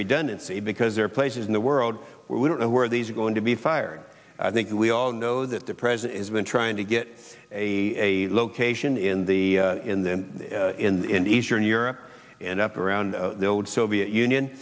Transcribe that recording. redundancy because there are places in the world where we don't know where these are going to be fired i think we all know that the president has been trying to get a location in the in eastern europe and up around the old soviet union